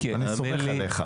אני סומך עליך.